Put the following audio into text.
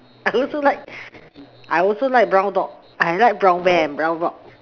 I also like I also like brown dog I like brown bear and brown dog